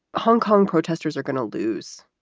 hong kong protesters are going to lose,